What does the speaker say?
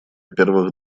первых